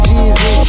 Jesus